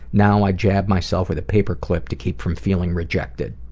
now i jab myself with a paper clip to keep from feeling rejected.